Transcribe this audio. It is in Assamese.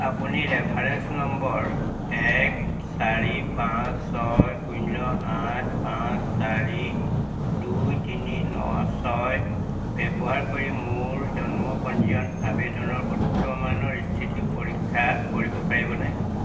আপুনি ৰেফাৰেন্স নম্বৰ এক চাৰি পাঁচ ছয় শূন্য আঠ পাঁচ চাৰি দুই তিনি ন ছয় ব্যৱহাৰ কৰি মোৰ জন্ম পঞ্জীয়ন আবেদনৰ বৰ্তমানৰ স্থিতি পৰীক্ষা কৰিব পাৰিবনে